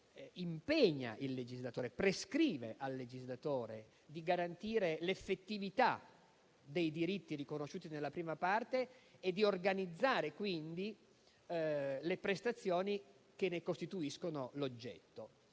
impegna il legislatore e gli prescrive di garantire l'effettività dei diritti riconosciuti nella prima parte e di organizzare quindi le prestazioni che ne costituiscono l'oggetto.